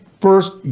first